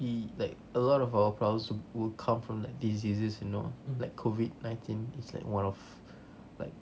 be like a lot of our problems would come from like diseases you know like COVID nineteen is like one of like